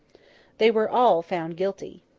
they were all found guilty.